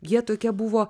jie tokie buvo